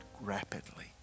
rapidly